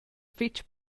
fetg